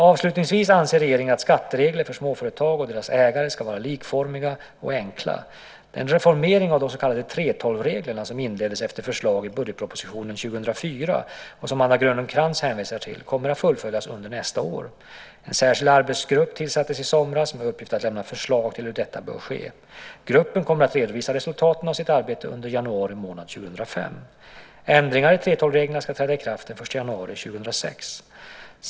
Avslutningsvis anser regeringen att skatteregler för småföretag och deras ägare ska vara likformiga och enkla . Den reformering av de så kallade 3:12-reglerna som inleddes efter förslag i budgetpropositionen 2004, och som Anna Grönlund Krantz hänvisar till, kommer att fullföljas under nästa år. En särskild arbetsgrupp tillsattes i somras med uppgift att lämna förslag till hur detta bör ske. Gruppen kommer att redovisa resultatet av sitt arbete under januari månad 2005. Ändringar i 3:12-reglerna ska träda i kraft den 1 januari 2006.